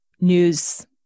news